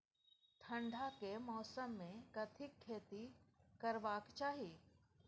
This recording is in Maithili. ठंडाक मौसम मे कथिक खेती करबाक चाही?